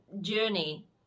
journey